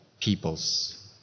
peoples